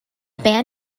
band